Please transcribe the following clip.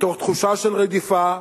מתוך תחושה של רדיפה,